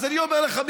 אז אני אומר לך,